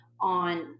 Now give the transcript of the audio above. on